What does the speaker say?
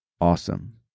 Awesome